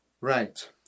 Right